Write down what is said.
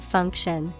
Function